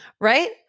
right